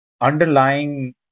underlying